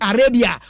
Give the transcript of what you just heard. Arabia